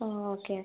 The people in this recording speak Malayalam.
oh okay okay